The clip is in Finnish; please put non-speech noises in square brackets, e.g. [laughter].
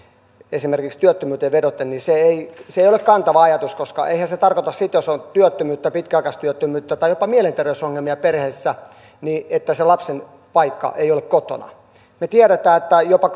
esimerkiksi työttömyyteen vedoten se ei se ei ole kantava ajatus koska eihän se tarkoita sitä jos on työttömyyttä pitkäaikaistyöttömyyttä tai jopa mielenterveysongelmia perheessä että sen lapsen paikka ei ole kotona me tiedämme että jopa [unintelligible]